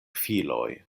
filoj